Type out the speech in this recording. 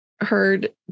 heard